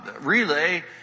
relay